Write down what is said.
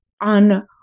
on